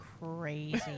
crazy